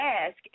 ask